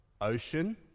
ocean